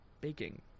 Baking